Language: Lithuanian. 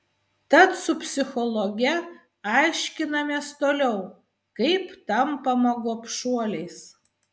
tad su psichologe aiškinamės toliau kaip tampama gobšuoliais